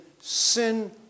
sin